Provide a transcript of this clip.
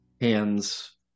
hands